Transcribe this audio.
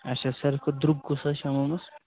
اچھا ساروی کھۄتہٕ درٛوٚگ کُس حظ چھِ یِمو منٛز